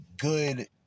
good